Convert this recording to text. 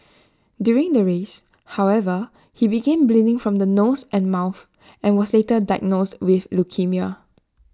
during the race however he began bleeding from the nose and mouth and was later diagnosed with leukaemia